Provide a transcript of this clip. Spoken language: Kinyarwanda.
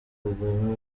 kagame